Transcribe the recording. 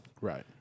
Right